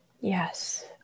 Yes